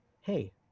hey